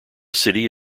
city